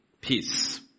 Peace